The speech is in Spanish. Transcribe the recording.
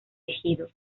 ejido